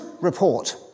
report